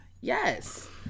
yes